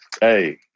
Hey